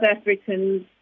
Africans